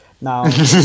Now